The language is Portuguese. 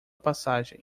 passagem